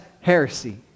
heresy